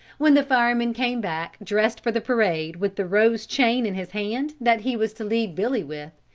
when the fireman came back dressed for the parade with the rose chain in his hand that he was to lead billy with,